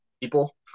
people